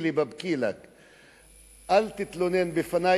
לִי בַּאבְּכִּי לַכְּ אל תתלונן בפני,